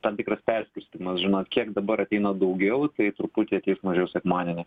tam tikras perskirstymas žinot kiek dabar ateina daugiau tai truputį ateis mažiau sekmadienį